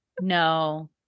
no